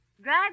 drive